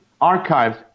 archives